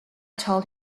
told